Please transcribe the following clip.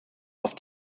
auf